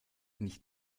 nicht